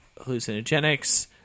hallucinogenics